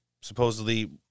supposedly